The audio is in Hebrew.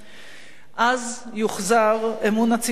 אז יוחזר אמון הציבור בפוליטיקה.